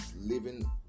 living